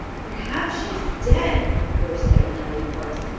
perhaps she is dead! burst out nellie parks.